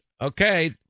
okay